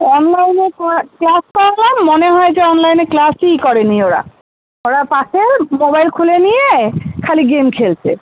অনলাইনে ক ক্লাস করালাম মনে হয় যে অনলাইনে ক্লাসই করে নি ওরা তারা পাশে মোবাইল খুলে নিয়ে খালি গেম খেলছে